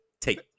take